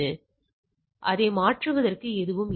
எனவே அதை மாற்றுவதற்கு எதுவும் இல்லை